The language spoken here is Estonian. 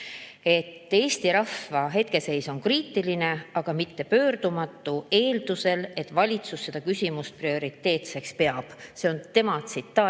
et eesti rahva hetkeseis on kriitiline, aga mitte pöördumatu – eeldusel, kui valitsus seda küsimust prioriteetseks peab. See on tema ütelus